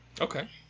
Okay